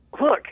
look